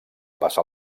passa